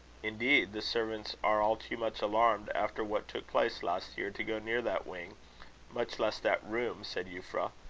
indeed, the servants are all too much alarmed, after what took place last year, to go near that wing much less that room, said euphra.